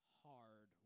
hard